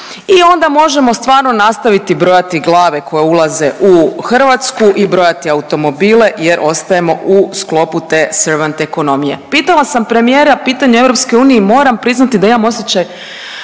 i onda možemo stvarno nastaviti brojati glave koje ulaze u Hrvatsku i brojati automobile jer ostajemo u sklopu te servant ekonomije. Pitala sam premijera pitanje o EU, moram priznati da imam osjećaj,